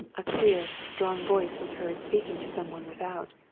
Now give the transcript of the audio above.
a clear, strong voice was heard speaking to some one without,